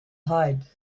hide